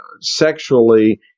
sexually